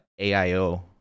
AIO